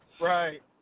Right